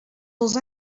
els